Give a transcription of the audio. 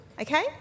okay